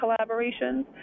collaborations